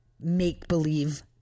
make-believe